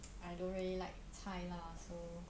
I don't really like 菜 lah so